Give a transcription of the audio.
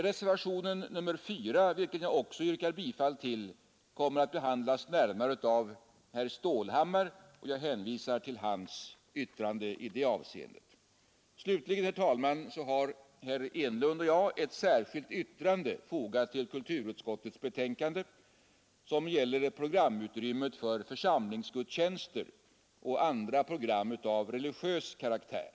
Reservationen 4, vilken jag också yrkar bifall till, kommer att behandlas närmare av herr Stålhammar, och jag hänvisar till hans yttrande i detta avseende. Slutligen, herr talman, har herr Enlund och jag ett särskilt yttrande fogat till kulturutskottets betänkande. Det gäller programutrymmet för församlingsgudstjänster och andra program av religiös karaktär.